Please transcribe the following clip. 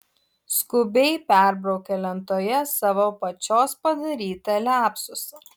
skubiai perbraukė lentoje savo pačios padarytą liapsusą